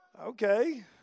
Okay